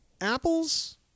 apples